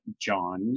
John